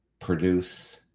produce